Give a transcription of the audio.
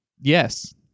Yes